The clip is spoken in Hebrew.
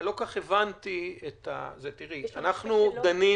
אנחנו דנים